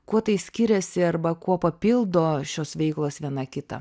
kuo tai skiriasi arba kuo papildo šios veiklos viena kitą